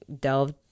delved